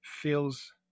feels